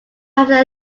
have